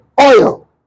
Oil